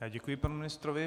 Já děkuji panu ministrovi.